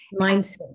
Mindset